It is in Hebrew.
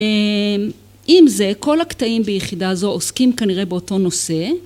אה... עם זה, כל הקטעים ביחידה הזו עוסקים כנראה באותו נושא.